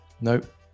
Nope